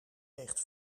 weegt